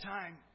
time